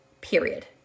Period